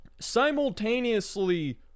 simultaneously